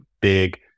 big